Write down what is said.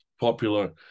popular